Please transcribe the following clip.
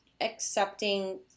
accepting